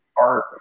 art